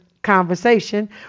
conversation